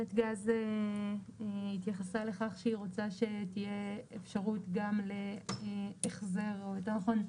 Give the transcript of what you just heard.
נתגז התייחסה לכך שהיא רוצה שתהיה אפשרות גם להחזר או יותר נכון,